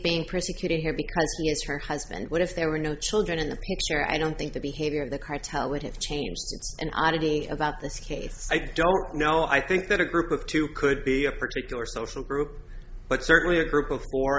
being prosecuted here because her husband would if there were no children in her i don't think the behavior of the cartel would have changed an oddity about this case i don't know i think that a group of two could be a particular social group but certainly a group of four